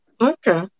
Okay